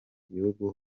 gihugu